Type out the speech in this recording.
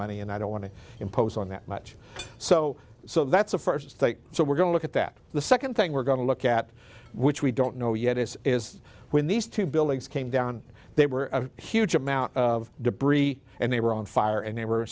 money and i don't want to impose on that much so so that's a first so we're going to look at that the second thing we're going to look at which we don't know yet is is when these two buildings came down they were a huge amount of debris and they were on fire and